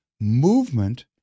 Movement